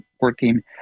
working